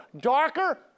Darker